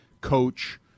coach